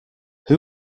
who